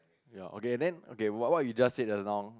ya okay then okay what what we just said just now